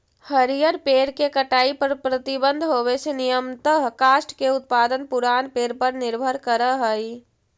हरिअर पेड़ के कटाई पर प्रतिबन्ध होवे से नियमतः काष्ठ के उत्पादन पुरान पेड़ पर निर्भर करऽ हई